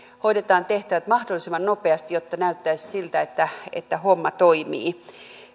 hoidetaan tehtävät mahdollisimman nopeasti jotta näyttäisi siltä että että homma toimii